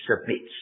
submits